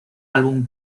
álbum